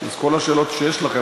כל השאלות שיש לכם,